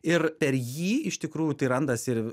ir per jį iš tikrųjų tai randasi ir